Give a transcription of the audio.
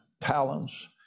talents